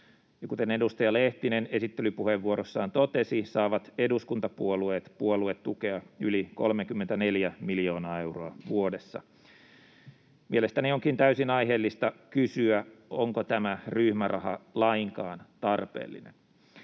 Kuten edustaja Lehtinen esittelypuheenvuorossaan totesi, saavat eduskuntapuolueet puoluetukea yli 34 miljoonaa euroa vuodessa. Mielestäni onkin täysin aiheellista kysyä, onko tämä ryhmäraha lainkaan tarpeellinen.